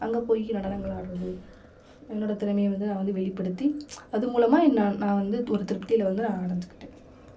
அங்கே போய் நடனங்கள் ஆடுறது என்னோடய திறமையை வந்து நான் வந்து வெளிப்படுத்தி அது மூலமாக என்ன நான் வந்து ஒரு திருப்தி வந்து நான் அடைஞ்சிக்கிட்டேன்